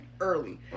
early